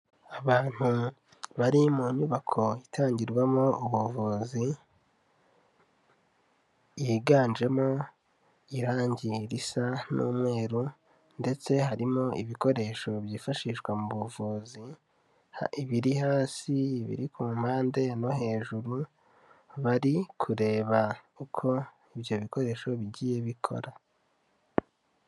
Abantu bari mu nyubako itangirwamo ubuvuzi, yiganjemo irangi risa n'umweru ndetse harimo ibikoresho byifashishwa mu buvuzi, ibiri hasi, ibiri ku mpande no hejuru, bari kureba uko ibyo bikoresho bigiye bikora.